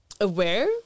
aware